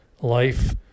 life